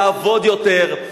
לעבוד יותר,